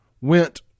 went